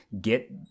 get